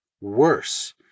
worse